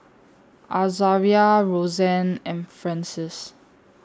Azaria Rosanne and Francis